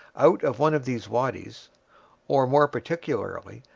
out of one of these wadies or, more particularly,